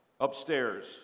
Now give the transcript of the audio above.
upstairs